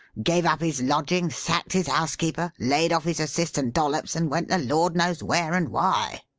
gave up his lodgings, sacked his housekeeper, laid off his assistant, dollops, and went the lord knows where and why.